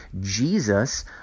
Jesus